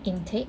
intake